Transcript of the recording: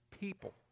people